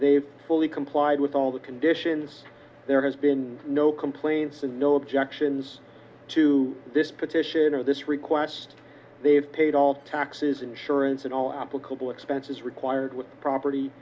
they fully complied with all the conditions there has been no complaints and no objections to this petition or this request they have paid all taxes insurance and all applicable expenses required with the property